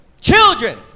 Children